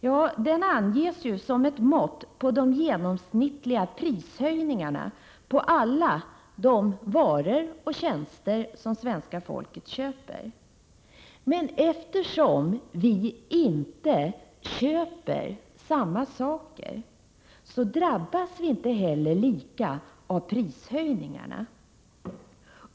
— Jo, den anges som ett mått på de genomsnittliga prishöjningarna på alla de varor och tjänster som svenska folket köper. Men eftersom vi inte köper samma saker drabbas vi inte heller lika av prishöjningar.